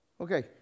Okay